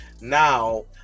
now